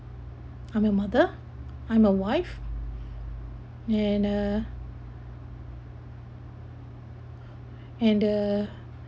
I'm a mother I'm a wife and uh and uh